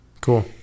Cool